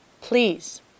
please